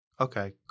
Okay